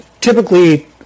typically